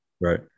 Right